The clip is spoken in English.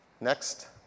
Next